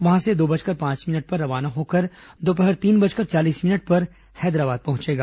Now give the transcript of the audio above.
वहां से दो बजकर पांच मिनट पर रवाना होकर दोपहर तीन बजकर चालीस मिनट पर हैदराबाद पहुंचेगा